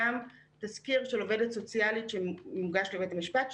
תזכיר של עובדת סוציאלית שמוגשים לבית המשפט,